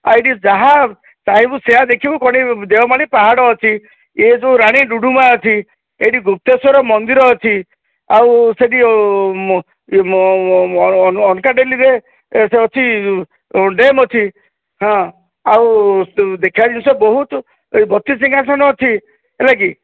ଆଉ ଏଠି ଯାହା ଚାହିଁବୁ ସେଇଆ ଦେଖିବୁ ଦେଓମାଳୀ ପାହାଡ଼ ଅଛି ଇଏ ଯେଉଁ ରାଣୀ ଡୁଡ଼ୁମା ଅଛି ଏଠି ଗୁପ୍ତେଶ୍ୱର ମନ୍ଦିର ଅଛି ଆଉ ସେଠି ଅଲକାଡ଼େଲିରେ ଅଛି ଡ୍ୟାମ୍ ଅଛି ହଁ ଆଉ ଦେଖିବା ଜିନିଷ ବହୁତ ବତିଶ ସିଂହାସନ ଅଛି ହେଲାକି